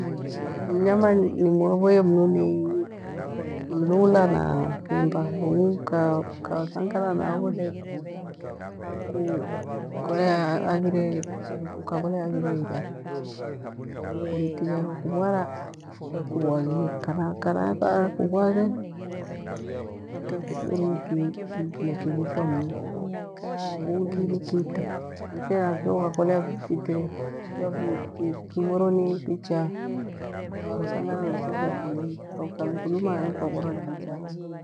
Mnyama ning'oronghoe mnu ni mlula na imba, ang'u ukathangana navo le kole ukakolea aghire nja, akuruti sha akakuvwara akugwaghe akyakughuruki inkimo kighichwa mnu ungi ni kite vitera navyo ukakolea vite vya vivwerwe ni fichaa ukathangana nakyo kaekuluma kikamikuluma na iwe kwa vwanwa ni kichaa.